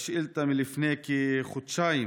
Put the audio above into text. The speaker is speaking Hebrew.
השאילתה מלפני כחודשיים,